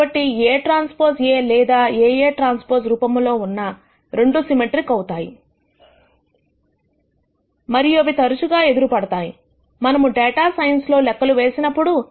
కాబట్టి Aᵀ A లేదా AAᵀ రూపములో ఉన్న రెండు సిమెట్రిక్ అవుతాయి మరియు అవి తరచుగా ఎదురు పడతాయి మనము డేటా సైన్స్ లో లెక్కలు చేసినప్పుడు